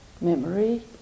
memory